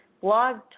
Blog